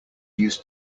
used